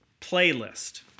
playlist